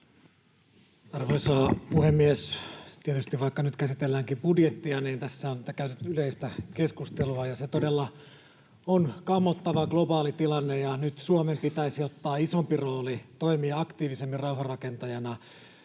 Arvoisa puhemies! Vaikka nyt tietysti käsitelläänkin budjettia, niin tässä on käyty yleistä keskustelua. Globaali tilanne todella on kammottava, ja nyt Suomen pitäisi ottaa isompi rooli, toimia aktiivisemmin rauhanrakentajana,